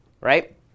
right